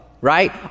right